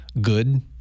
good